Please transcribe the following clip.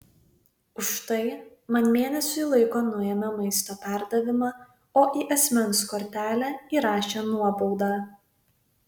už tai man mėnesiui laiko nuėmė maisto perdavimą o į asmens kortelę įrašė nuobaudą